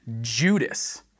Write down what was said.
Judas